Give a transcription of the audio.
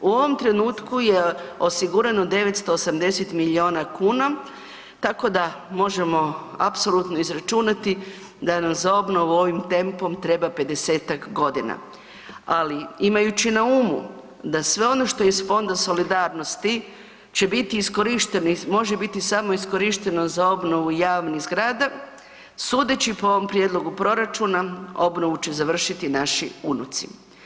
U ovom trenutku je osigurano 980 milijuna kuna, tako da možemo apsolutno izračunati da nam za obnovu, ovim tempom treba 50-tak godina, ali imajući na umu da sve ono iz fonda solidarnosti će biti iskorišteno i može biti samo iskorišteno za obnovu javnih zgrada, sudeći po ovom prijedlogu proračuna, obnovu će završiti naši unuci.